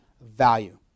value